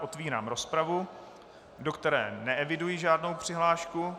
Otvírám rozpravu, do které neeviduji žádnou přihlášku.